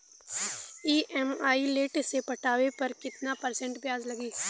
EMI late से पटावे पर कितना परसेंट ब्याज लगी?